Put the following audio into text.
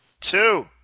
Two